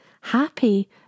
happy